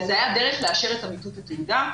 זו הייתה דרך לאשר את אמיתות התעודה.